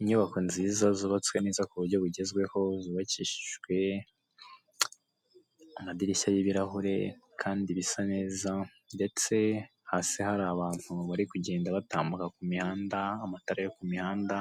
Inyubako nziza zubatswe neza kuburyo bugezweho, zubakishijwe amadirishya y'ibirahure, kandi bisa neza, ndetse hasi hari abantu bari kugenda batambuka ku mihanda, amatara yo ku mihanda,